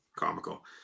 comical